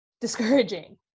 discouraging